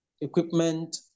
equipment